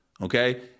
Okay